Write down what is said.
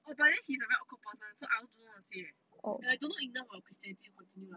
oh but then he's a very awkward person so I also don't know what to say leh and I don't know enough about christianity to continue lah